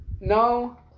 no